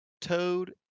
Toad